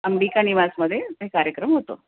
अंबिका निवासमध्ये ते कार्यक्रम होतो